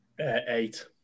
Eight